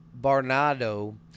Barnado